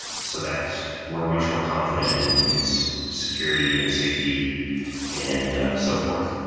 so that we're much more confident in its security and safety and so forth.